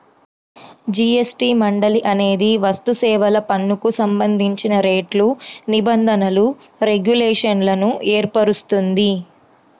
GST మండలి అనేది వస్తుసేవల పన్నుకు సంబంధించిన రేట్లు, నిబంధనలు, రెగ్యులేషన్లను ఏర్పరుస్తుంది